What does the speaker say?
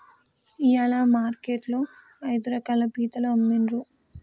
ఇయాల మార్కెట్ లో ఐదు రకాల పీతలు అమ్మిన్రు